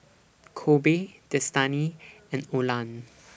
Kobe Destany and Olan